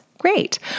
great